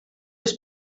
les